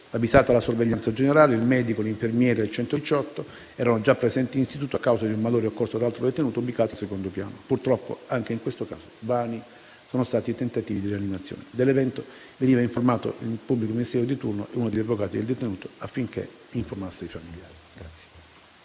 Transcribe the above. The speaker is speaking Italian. avvisata la sorveglianza generale, il medico, l'infermiera e gli operatori del 118, i quali erano già presenti in istituto a causa di un malore occorso ad altro detenuto ubicato al secondo piano. Purtroppo, anche in questo caso, vani sono stati i tentativi di rianimazione. Dell'evento venivano informati il pubblico ministero di turno e uno degli avvocati del detenuto, affinché informasse i familiari.